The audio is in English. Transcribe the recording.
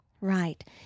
Right